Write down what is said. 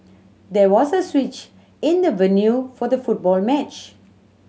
there was a switch in the venue for the football match